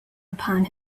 upon